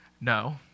No